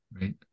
Right